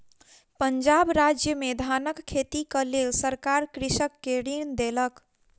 पंजाब राज्य में धानक खेतीक लेल सरकार कृषक के ऋण देलक